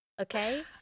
okay